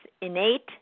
innate